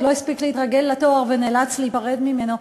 עוד לא הספיק להתרגל לתואר ונאלץ להיפרד ממנו,